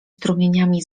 strumieniami